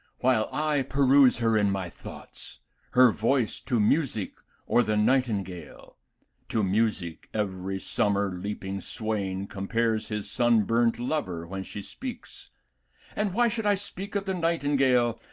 while i peruse her in my thoughts her voice to music or the nightingale to music every summer leaping swain compares his sunburnt lover when she speaks and why should i speak of the nightingale?